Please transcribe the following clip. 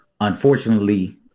unfortunately